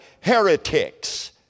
heretics